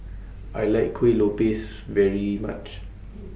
I like Kueh Lopes very much